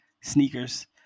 sneakers